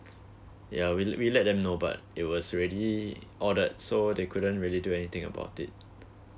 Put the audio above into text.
ya we did we let them know but it was really all that so they couldn't really do anything about it